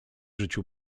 życiu